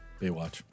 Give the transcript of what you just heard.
Baywatch